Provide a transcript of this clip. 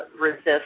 resist